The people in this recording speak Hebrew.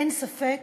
אין ספק